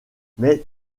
mais